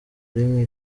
rimwe